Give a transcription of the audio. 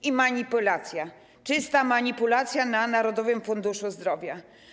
I manipulacja, czysta manipulacja na Narodowym Funduszu Zdrowia.